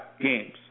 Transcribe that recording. games